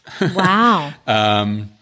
Wow